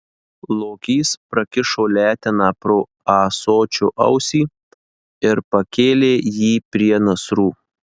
lokys prakišo leteną pro ąsočio ausį ir pakėlė jį prie nasrų